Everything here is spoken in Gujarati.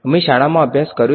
અમે શાળામાં અભ્યાસ કર્યો છે